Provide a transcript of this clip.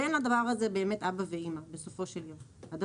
בסופו של יום, אין לדבר הזה באמת אבא ואימא.